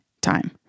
time